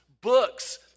books